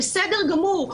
בסדר גמור,